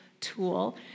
tool